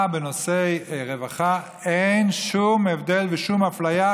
בנושאי רווחה אין שום הבדל ושום אפליה,